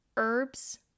Herbs